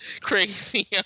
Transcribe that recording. crazy